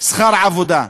שכר עבודה,